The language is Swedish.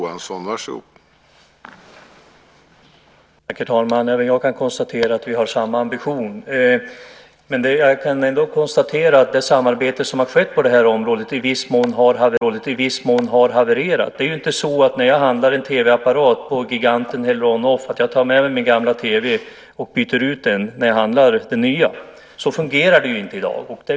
Herr talman! Även jag kan konstatera att vi har samma ambition. Men samarbetet som har skett på det här området har i viss mån havererat. Det är inte så att jag när jag handlar en TV-apparat på El-Giganten eller Onoff tar med mig min gamla TV och byter ut den. Så fungerar det ju inte i dag.